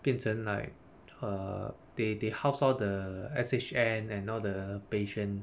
变成 like err they they house all the S_H_N and all the patient